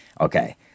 Okay